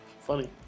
Funny